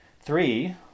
Three